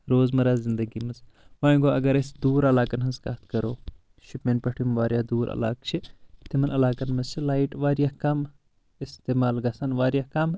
روز مرہ زنٛدگی منٛز وۄنۍ گو اگر أسۍ دوٗر علاقن ہِنٛز کتھ کرو شُپین پٮ۪ٹھ یِم واریاہ دوٗر علاقہٕ چھِ تمن علاقن منٛز چھِ لایٹ واریاہ کم استعمال گژھان واریاہ کم